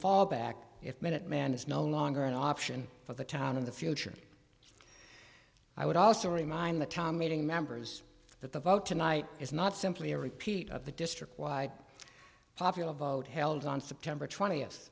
fallback if minuteman is no longer an option for the town in the future i would also remind the tom meeting members that the vote tonight is not simply a repeat of the district wide popular vote held on september twentieth